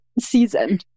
season